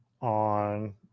on